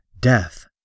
death